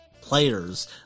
players